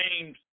James